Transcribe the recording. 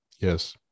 Yes